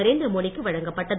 நரேந்திரமோடி க்கு வழங்கப்பட்டது